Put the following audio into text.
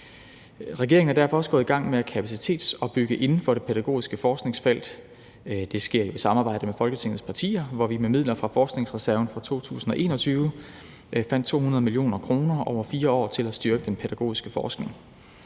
Regeringen er derfor også gået i gang med at kapacitetsopbygge inden for det pædagogiske forskningsfelt. Det sker i samarbejde med Folketingets partier, hvor vi med midler fra forskningsreserven fra 2021 fandt 200 mio. kr. over 4 år til at styrke den pædagogiske forskning.